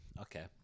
okay